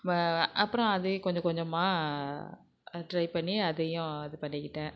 அப்புறம் அதையே கொஞ்ச கொஞ்சமாக ட்ரை பண்ணி அதையும் இது பண்ணிக்கிட்டேன்